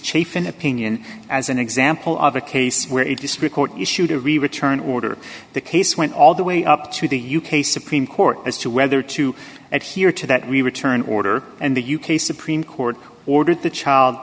chief in opinion as an example of a case where a district court issued a return order the case went all the way up to the u k supreme court as to whether to adhere to that we returned order and the u k supreme court ordered the child